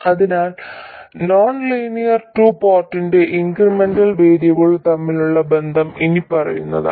അതിനാൽ non linear two പോർട്ടിന്റെ incremental വേരിയബിളുകൾ തമ്മിലുള്ള ബന്ധം ഇനിപ്പറയുന്നതാണ്